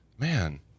Man